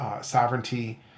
sovereignty